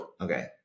Okay